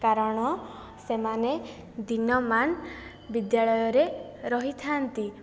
କାରଣ ସେମାନେ ଦିନମାନ ବିଦ୍ୟାଳୟରେ ରହିଥାନ୍ତି